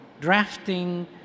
drafting